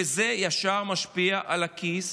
וזה ישר משפיע על הכיס